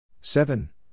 seven